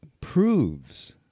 proves